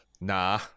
Nah